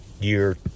year